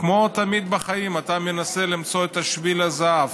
כמו תמיד בחיים, אתה מנסה למצוא את שביל הזהב